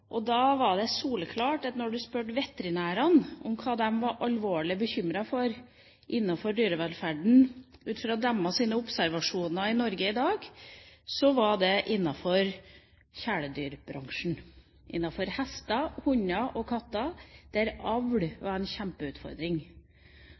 og da man spurte veterinærene om hva de var alvorlig bekymret for innenfor dyrevelferden ut fra sine observasjoner i Norge i dag, var det soleklare svaret at det var innenfor kjæledyrbransjen, som hester, hunder og katter, der avl